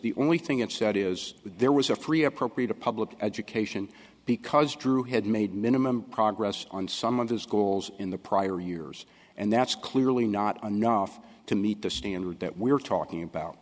the only thing it said is that there was a free appropriate a public education because drew had made minimum progress on some of the schools in the prior years and that's clearly not enough to meet the standard that we're talking about